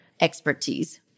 expertise